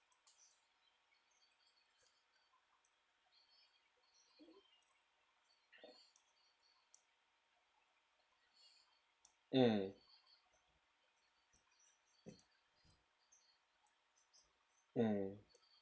mm mm